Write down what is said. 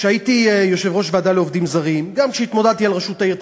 כשהייתי יושב-ראש הוועדה לעובדים זרים, וגם